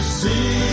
see